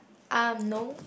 um no